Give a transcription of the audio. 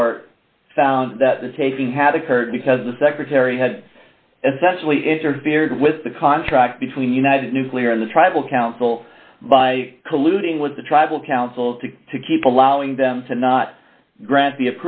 court found that the taking had occurred because the secretary had essentially interfered with the contract between united nuclear and the tribal council by colluding with the tribal council to keep allowing them to not grant the